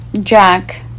Jack